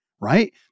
right